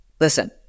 Listen